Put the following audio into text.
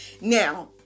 Now